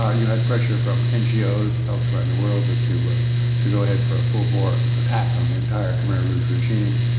ah you had pressure from ngos elsewhere in the world to ah to go ahead for a full-bore attack on the entire khmer rouge regime,